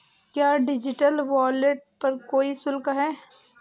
क्या digital wallet पर कोई शुल्क है?